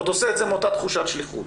עוד עושה את זה מאותה תחושת שליחות.